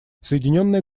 соединенное